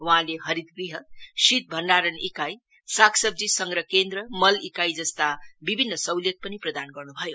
वहाँले हरित गृह शीत भण्डारण ईकाई सागसब्जी संग्रह केन्द्र मल ईकाई जस्ता विभिन्न सहुलियत पनि प्रदान गर्नु भयो